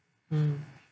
mm